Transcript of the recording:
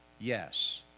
Yes